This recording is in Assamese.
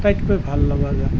আটাইতকৈ ভাল লগা গান